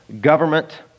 government